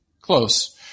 Close